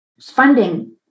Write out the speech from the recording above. funding